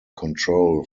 control